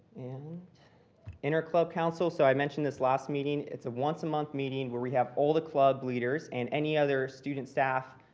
and interclub council. so i mentioned this last meeting. it's a once-a-month meeting where we have all the club leaders and any other student, staff,